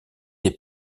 des